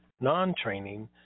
non-training